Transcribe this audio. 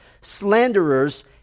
slanderers